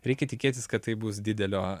reikia tikėtis kad tai bus didelio